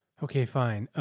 okay, fine. um,